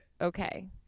Okay